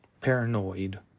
Paranoid